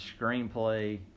screenplay